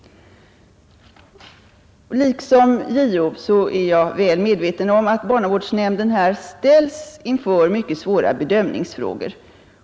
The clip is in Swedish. Jag är liksom JO väl medveten om att barnavårdsnämnden här ställs inför mycket svåra bedömningsfrågor.